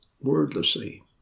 Wordlessly